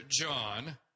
John